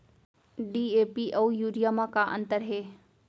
DAP अऊ urea म का अंतर हे?